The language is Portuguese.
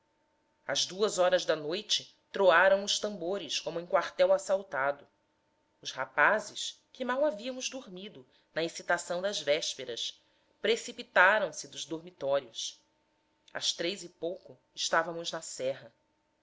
às horas da noite troaram os tambores como em quartel assaltado os rapazes que mal havíamos dormido na excitação das vésperas precipitaram-se dos dormitórios às e pouco estávamos na serra